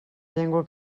llengua